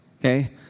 okay